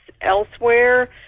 elsewhere